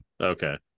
okay